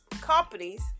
companies